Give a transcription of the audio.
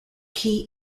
key